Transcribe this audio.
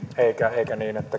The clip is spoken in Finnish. eikä eikä